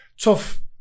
Tough